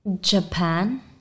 Japan